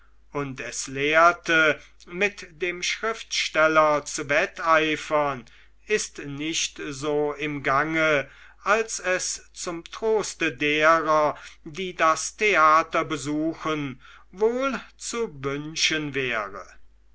und es lehrte mit dem schriftsteller zu wetteifern ist nicht so im gange als es zum troste derer die das theater besuchen wohl zu wünschen wäre